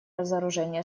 разоружения